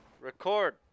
Record